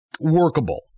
workable